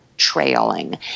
Trailing